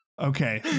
Okay